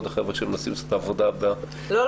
החבר'ה שמנסים לעשות את העבודה --- לא,